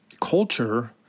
culture